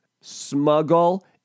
Smuggle